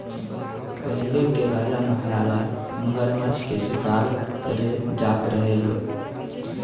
पहिले के राजा महाराजा मगरमच्छ के शिकार करे जात रहे लो